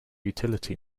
utility